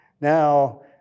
Now